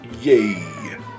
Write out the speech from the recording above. yay